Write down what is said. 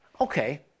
Okay